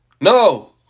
No